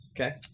Okay